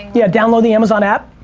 yeah. download the amazon app,